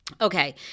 Okay